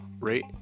rate